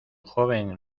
joven